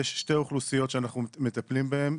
יש שתי אוכלוסיות שאנחנו מטפלים בהן,